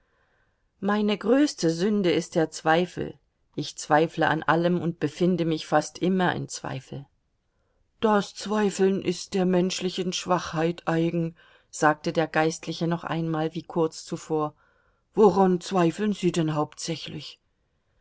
meine größte sünde ist der zweifel ich zweifle an allem und befinde mich fast immer in zweifel das zweifeln ist der menschlichen schwachheit eigen sagte der geistliche noch einmal wie kurz zuvor woran zweifeln sie denn hauptsächlich